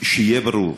שיהיה ברור: